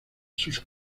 sus